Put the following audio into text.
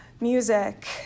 music